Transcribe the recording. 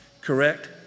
correct